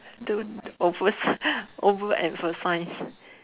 don't over over emphasise